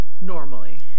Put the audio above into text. Normally